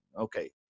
Okay